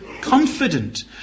confident